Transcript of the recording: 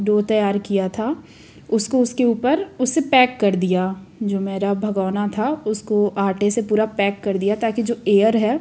dough तैयार किया था उसको उसके ऊपर उससे पैक कर दिया जो मेरा भगौना था उसको आंटे से पूरा पैक कर दिया ताकी जो एयर है